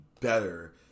better